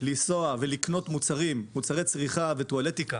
לנסוע ולקנות מוצרים מוצרי צריכה וטואלטיקה